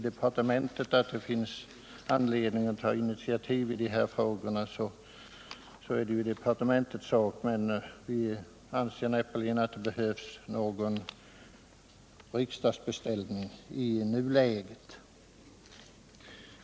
Om departementet anser att det finns anledning att ta initiativ i dessa frågor är det departementets sak, men vi anser näppeligen att det behövs någon riksdagsbeställning i nuläget.